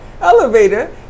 elevator